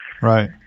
Right